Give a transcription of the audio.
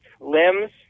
limbs